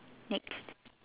next